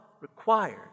required